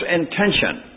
intention